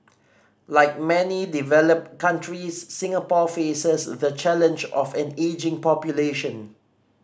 like many developed countries Singapore faces the challenge of an ageing population